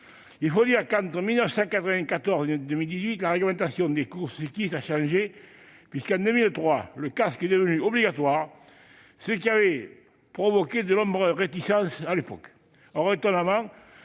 Il faut dire que, entre 1994 et 2018, la réglementation des courses cyclistes a changé, puisque, en 2003, le casque est devenu obligatoire, ce qui avait provoqué de nombreuses réticences à l'époque.